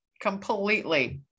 completely